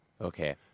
Okay